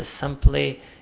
simply